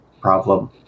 problem